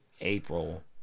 April